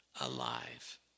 alive